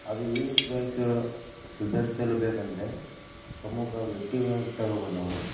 ಅದು ಸುಧಾರ್ಸಲು ಬೇಕಂದರೆ ಪ್ರಮುಖ ವ್ಯಕ್ತಿಗಳನ್ನು ತಗೋಬೌದು ನಾವು